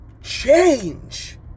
change